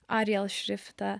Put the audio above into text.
arial šriftą